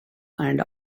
and